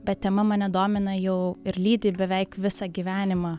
bet tema mane domina jau ir lydi beveik visą gyvenimą